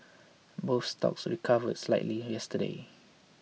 both stocks recovered slightly yesterday